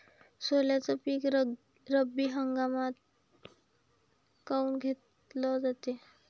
सोल्याचं पीक रब्बी हंगामातच काऊन घेतलं जाते?